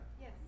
Yes